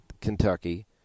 Kentucky